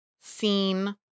seen